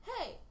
hey